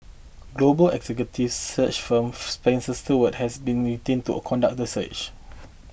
global executive search firm Spencer Stuart has been retained to conduct the search